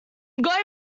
going